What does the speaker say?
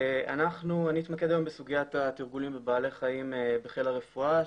אני אתמקד היום בסוגיית התרגולים בבעלי חיים בחיל הרפואה,